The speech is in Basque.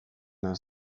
has